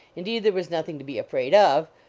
indeed there was nothing to be afraid of,